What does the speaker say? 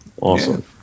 Awesome